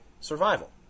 survival